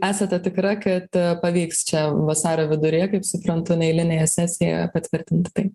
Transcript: esate tikra kad pavyks čia vasario viduryje kaip suprantu neeilinėje sesijoje patvirtinti tai